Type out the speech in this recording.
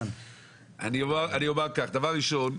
דבר ראשון,